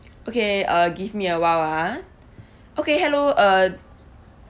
okay uh give me awhile ah okay hello uh